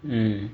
mmhmm